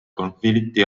konflikti